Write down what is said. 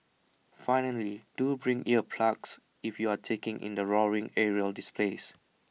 finally do bring ear plugs if you are taking in the roaring aerial displays